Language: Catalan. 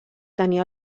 tenir